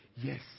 yes